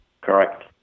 Correct